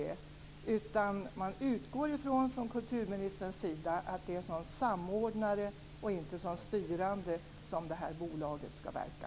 Det vore bra att få höra att kulturministern utgår från att det är som samordnare och inte som styrande som det här bolaget skall verka.